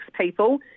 people